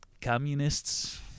Communists